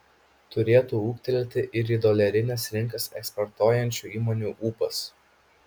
turėtų ūgtelėti ir į dolerines rinkas eksportuojančių įmonių ūpas